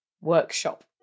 workshop